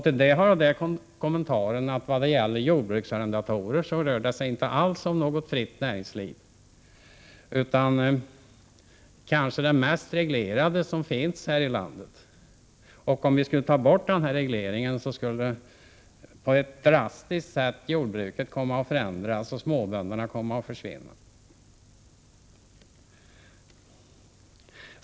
Till detta har jag den kommentaren att det när det gäller jordbruksarrendatorer inte alls rör sig om något fritt näringsliv utan kanske om det mest reglerade område som finns här i landet. Tog vi bort dessa regleringar, skulle jordbruket på ett drastiskt sätt förändras och småbönderna försvinna.